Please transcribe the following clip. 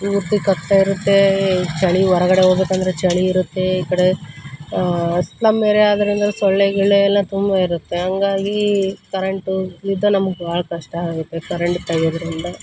ಪೂರ್ತಿ ಕಪ್ಪೇ ಇರುತ್ತೆ ಚಳಿ ಹೊರಗಡೆ ಹೋಗ್ಬೇಕಂದರೆ ಚಳಿ ಇರುತ್ತೆ ಈ ಕಡೆ ಸ್ಲಮ್ ಏರಿಯಾ ಆದ್ದರಿಂಧ ಸೊಳ್ಳೆ ಗಿಳ್ಳೆ ಎಲ್ಲ ತುಂಬ ಇರುತ್ತೆ ಹಂಗಾಗಿ ಕರೆಂಟು ಇಲ್ಲದೇ ನಮಗೆ ಭಾಳ ಕಷ್ಟ ಆಗುತ್ತೆ ಕರೆಂಟ್ ತೆಗೆಯೋದರಿಂದ